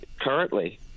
currently